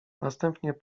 następnie